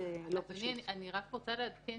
אדוני, אני רק רוצה לעדכן